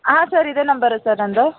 ಹಾಂ ಸರ್ ಇದೇ number sir ನನ್ನದು